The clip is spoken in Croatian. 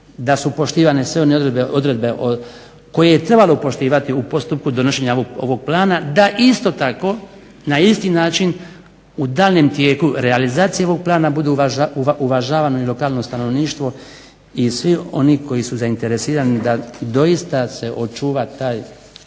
da su poštivane sve one odredbe koje je trebalo poštivati u donošenju ovog plana, da isto tako na isti način u daljnjem tijeku realizacije ovog plana budu uvažavano lokalne stanovništvo i svi oni koji su zainteresirani da doista se očuva taj